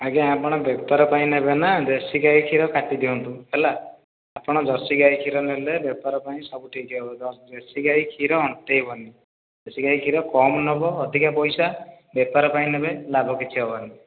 ଆଜ୍ଞା ଆପଣ ବେପାର ପାଇଁ ନେବେ ନା ଦେଶୀ ଗାଈ କ୍ଷୀର କାଟିଦିଅନ୍ତୁ ହେଲା ଆପଣ ଜର୍ସି ଗାଈ କ୍ଷୀର ନେଲେ ବେପାର ପାଇଁ ସବୁ ଠିକ୍ ହେବ ଜର୍ସି ଦେଶୀ ଗାଈ କ୍ଷୀର ଅଣ୍ଟେଇବନି ଦେଶୀ ଗାଈ କ୍ଷୀର କମ୍ ନେବ ଅଧିକା ପଇସା ବେପାର ପାଇଁ ନେବେ ଲାଭ କିଛି ହେବନି ହେଲା